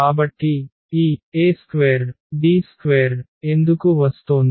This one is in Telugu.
కాబట్టి ఈ A² D² ఎందుకు వస్తోంది